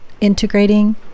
integrating